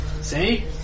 See